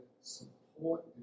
support